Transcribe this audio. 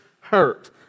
hurt